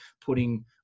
putting